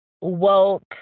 woke